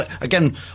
Again